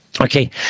Okay